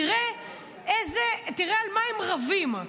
תראה על מה הם רבים.